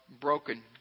broken